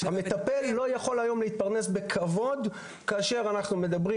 המטפל לא יכול היום להתפרנס בכבוד כאשר אנחנו מדברים